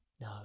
no